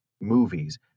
movies